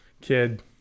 kid